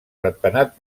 ratpenat